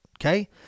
Okay